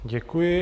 Děkuji.